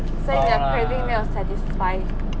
所以你好像没有 satisfy